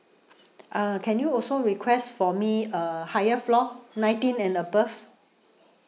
uh can you also request for me a higher floor nineteen and above